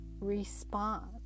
respond